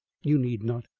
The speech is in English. you need not.